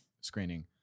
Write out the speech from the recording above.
Screening